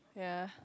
yea